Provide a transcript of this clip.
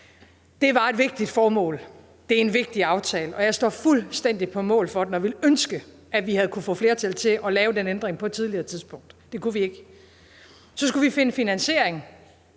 Det var et vigtigt formål, det er en vigtig aftale, og jeg står fuldstændig på mål for den og ville ønske, at vi havde kunnet få flertal til at lave den ændring på et tidligere tidspunkt. Det kunne vi ikke. Så skulle vi finde finansiering,